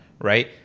right